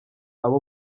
abo